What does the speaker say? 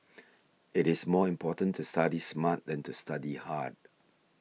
it is more important to study smart than to study hard